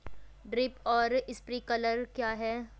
Drip और sprinkler क्या हैं?